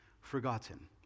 forgotten